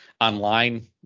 Online